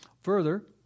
Further